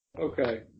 Okay